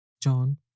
John